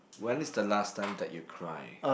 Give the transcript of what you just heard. when is the last time that you cry